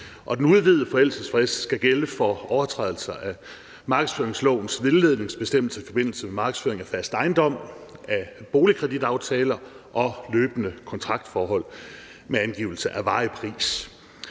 Den udvidede forældelsesfrist skal gælde for overtrædelser af markedsføringslovens vildledningsbestemmelse i forbindelse med markedsføring af fast ejendom, af boligkreditaftaler og af løbende kontraktforhold med angivelse af varig pris.